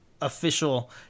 official